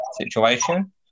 situation